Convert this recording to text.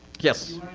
yes.